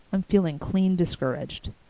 i'm feeling clean discouraged.